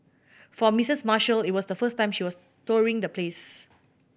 for Missis Marshall it was the first time she was touring the place